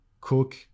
cook